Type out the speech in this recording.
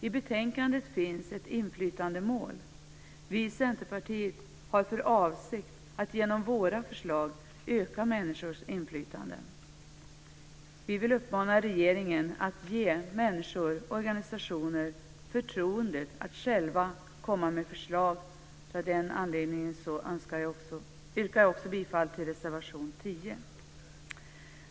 I betänkandet finns ett inflytandemål. Vi i Centerpartiet har för avsikt att genom våra förslag öka människors inflytande. Vi uppmanar regeringen att ge människor och organisationer förtroendet att själva komma med förslag. Med anledning härav yrkar jag bifall till reservation 10.